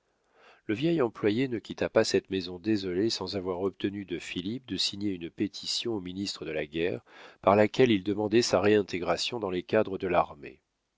le vieil employé ne quitta pas cette maison désolée sans avoir obtenu de philippe de signer une pétition au ministre de la guerre par laquelle il demandait sa réintégration dans les cadres de l'armée